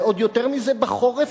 ועוד יותר מזה בחורף,